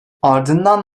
ardından